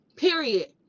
period